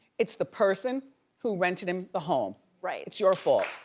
it's the person who rented him the home. right. it's your fault.